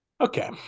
Okay